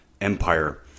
empire